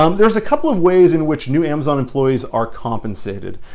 um there's a couple of ways in which new amazon employees are compensated.